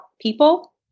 people